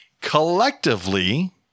Collectively